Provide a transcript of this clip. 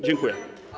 Dziękuję.